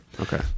Okay